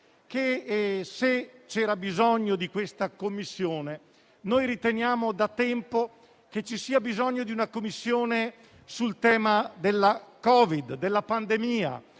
se c'era bisogno di questa Commissione, riteniamo da tempo ci sia bisogno anche di una Commissione sul tema del Covid-19 e della pandemia,